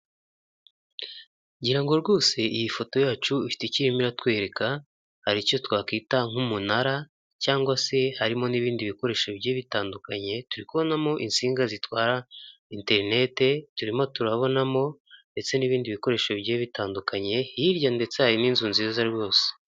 Ngira ngo rwose iyi foto yacu ifite iki iratwereka hari icyo twakwita nk'umunara cyangwa se harimo n'ibindi bikoresho bigiye bitandukanye turi kubonamo insinga zitwara interinete ,turimo turabonamo ndetse n'ibindi bikoresho bigiye bitandukanye hirya ndetse hari n'inzu nziza rwose.